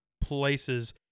places